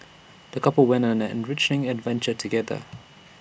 the couple went on an enriching adventure together